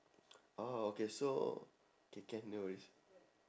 orh okay so K can no worries